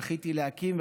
אני זכיתי להקים,